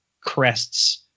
crests